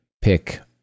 pick